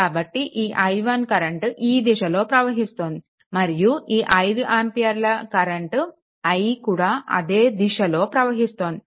కాబట్టి ఈ i1 current ఈ దిశలో ప్రవహిస్తోంది మరియు ఈ 5 ఆంపియర్ల i కూడా అదే దిశలో ప్రవహిస్తోంది